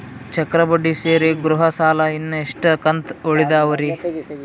ಚಕ್ರ ಬಡ್ಡಿ ಸೇರಿ ಗೃಹ ಸಾಲ ಇನ್ನು ಎಷ್ಟ ಕಂತ ಉಳಿದಾವರಿ?